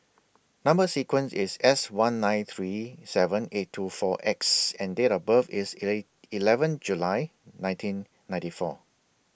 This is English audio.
Number sequence IS S one nine three seven eight two four X and Date of birth IS eight eleven July nineteen ninety four